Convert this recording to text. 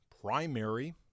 primary